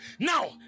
Now